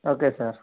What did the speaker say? okay sir